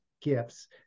gifts